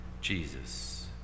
Jesus